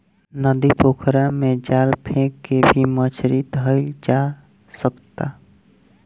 नदी, पोखरा में जाल फेक के भी मछली धइल जा सकता